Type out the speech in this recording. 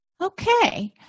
okay